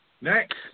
Next